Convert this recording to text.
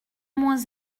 moins